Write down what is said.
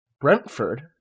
Brentford